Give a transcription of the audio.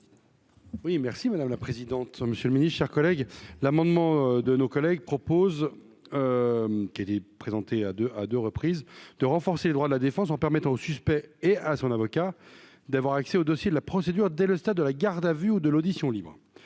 Oui merci madame la présidente, monsieur le Ministre, chers collègues, l'amendement de nos collègues proposent qu'est présentée à deux à 2 reprises, de renforcer les droits de la défense en permettant au suspect et à son avocat d'avoir accès au dossier de la procédure dès le stade de la garde à vue ou de l'audition libre